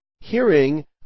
hearing